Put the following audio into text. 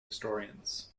historians